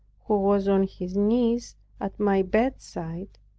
who was on his knees at my bedside,